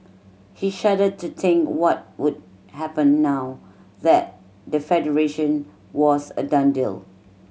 he shuddered to think what would happen now that the Federation was a done deal